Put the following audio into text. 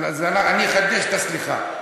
אני אחדש את הסליחה,